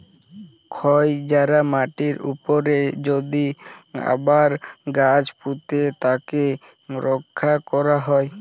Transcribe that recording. ক্ষয় যায়া মাটির উপরে যদি আবার গাছ পুঁতে তাকে রক্ষা ক্যরা হ্যয়